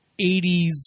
80s